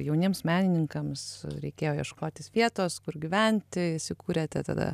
jauniems menininkams reikėjo ieškotis vietos kur gyventi įsikūrėte tada